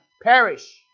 Perish